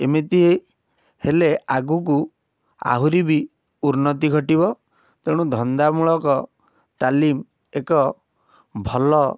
ଏମିତି ହେଲେ ଆଗକୁ ଆହୁରି ବି ଉନ୍ନତି ଘଟିବ ତେଣୁ ଧନ୍ଦାମୂଳକ ତାଲିମ୍ ଏକ ଭଲ